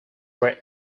were